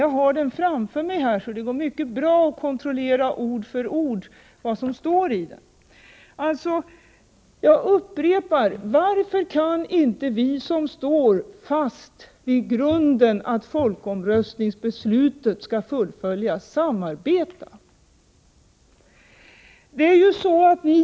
Jag har den framför mig, så det går mycket bra att kontrollera ord för ord vad som står i den. Jag upprepar: Varför kan inte vi, som står fast vid grunden att folkomröstningsbeslutet skall fullföljas, samarbeta?